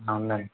ఉందండి